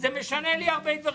זה משנה לי הרבה דברים.